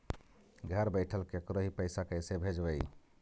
घर बैठल केकरो ही पैसा कैसे भेजबइ?